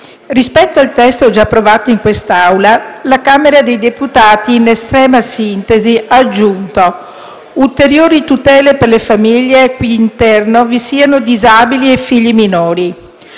Rispetto al testo già approvato in quest'Assemblea, la Camera dei deputati, in estrema sintesi, ha aggiunto ulteriori tutele per le famiglie al cui interno vi siano disabili e figli minori;